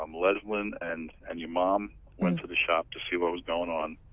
um lesline and and your mom went to the shop to see what was going on.